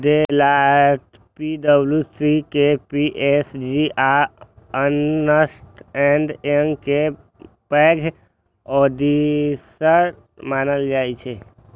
Deloitte, पी.डब्ल्यू.सी, KPMG आ Ernst and Young कें पैघ ऑडिटर्स मानल जाइ छै